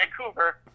Vancouver